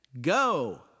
Go